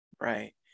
Right